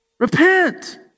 Repent